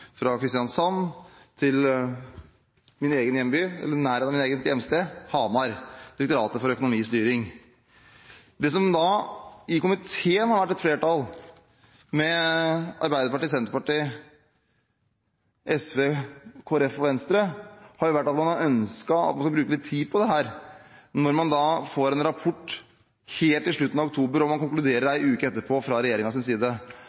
av mitt eget hjemsted, Hamar. Komiteens flertall – Arbeiderpartiet, Senterpartiet, SV, Kristelig Folkeparti og Venstre – har ønsket at man skulle bruke litt tid på dette. Når man får en rapport helt i slutten av oktober, og regjeringen konkluderer